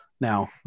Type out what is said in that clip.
now